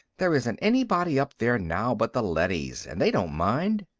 there isn't anybody up there now but the leadys, and they don't mind.